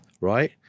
right